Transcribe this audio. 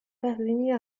parvenir